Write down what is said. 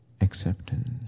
acceptance